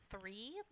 three